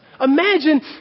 Imagine